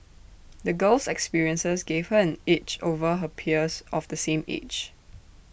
the girl's experiences gave her an edge over her peers of the same age